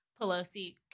Pelosi